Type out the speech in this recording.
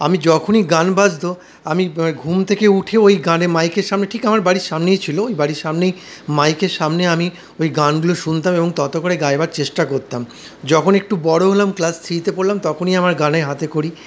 আমি যখনই গান বাজত আমি ঘুম থেকে উঠে ওই গানে মাইকের সামনে ঠিক আমার বাড়ির সামনেই ছিল ঐ বাড়ির সামনেই মাইকের সামনে আমি ওই গানগুলো শুনতাম এবং ত ত করে গাইবার চেষ্টা করতাম যখন একটু বড় হলাম ক্লাস থ্রিতে পড়লাম তখনই আমার গানে হাতেখড়ি এবং